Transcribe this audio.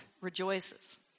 rejoices